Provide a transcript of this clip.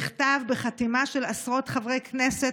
מכתב בחתימה של עשרות חברי כנסת,